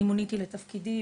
אני מוניתי לתפקידי,